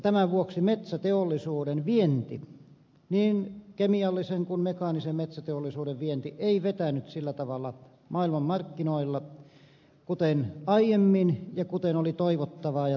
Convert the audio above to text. tämän vuoksi metsäteollisuuden vienti niin kemiallisen kuin mekaanisen metsäteollisuuden vienti ei vetänyt sillä tavalla maailmanmarkkinoilla kuten aiemmin ja kuten oli toivottavaa ja tavoitteellista